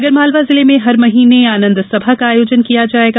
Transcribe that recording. आगरमालवा जिले में हर महीने आनंदसभा का आयोजन किया जायेगा